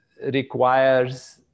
requires